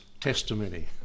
testimony